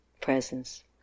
presence